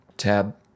tab